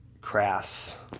crass